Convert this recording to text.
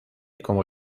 como